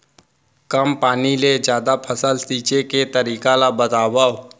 कम पानी ले जादा फसल सींचे के तरीका ला बतावव?